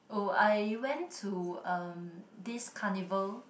oh I went to um this carnival